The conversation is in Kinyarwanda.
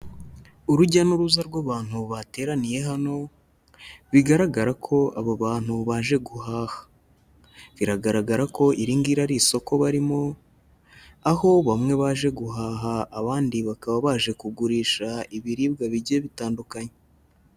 Urujya n'uruza rw'abantu bateraniye hano, bigaragara ko abo bantu baje guhaha, biragaragara ko iri ngiri ari isoko barimo, aho bamwe baje guhaha, abandi bakaba baje kugurisha ibiribwa bigiye bitandukanye.